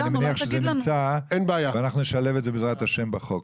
אני מניח שזה נמצא ואנחנו נשלב את זה בעזרת ה' בחוק.